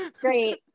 Great